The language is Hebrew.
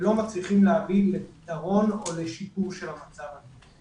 ולא מצליחים להביא לפתרון או לשיפור של במצב הזה.